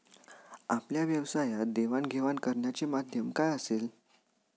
आपल्या व्यवसायात देवाणघेवाण करण्याचे माध्यम काय असेल?